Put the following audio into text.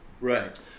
Right